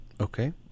Okay